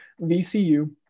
VCU